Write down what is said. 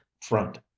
front